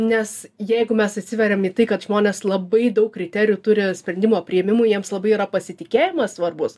nes jeigu mes atsiveriam į tai kad žmonės labai daug kriterijų turi sprendimo priėmimui jiems labai yra pasitikėjimas svarbus